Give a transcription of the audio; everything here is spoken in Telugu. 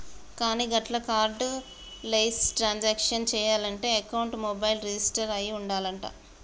కానీ గట్ల కార్డు లెస్ ట్రాన్సాక్షన్ చేయాలంటే అకౌంట్ మొబైల్ రిజిస్టర్ అయి ఉండాలంట